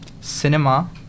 cinema